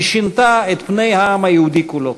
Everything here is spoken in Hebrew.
היא שינתה את פני העם היהודי כולו.